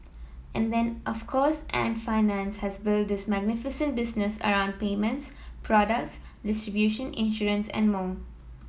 and then of course Ant Financial has built this magnificent business around payments product distribution insurance and more